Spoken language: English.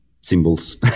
symbols